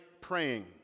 praying